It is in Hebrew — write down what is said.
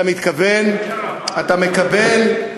אתה מקבל,